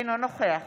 אינו נוכח